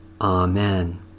Amen